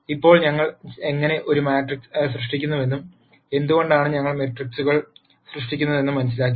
ഇപ്പോൾ ഞങ്ങൾ എങ്ങനെ ഒരു മാട്രിക്സ് സൃഷ്ടിക്കുന്നുവെന്നും എന്തുകൊണ്ടാണ് ഞങ്ങൾ മെട്രിക്സുകൾ സൃഷ്ടിക്കുന്നതെന്നും മനസ്സിലാക്കി